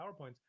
PowerPoints